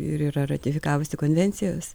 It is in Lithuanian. ir yra ratifikavusi konvencijas